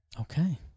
Okay